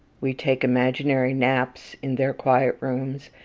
we take imaginary naps in their quiet rooms,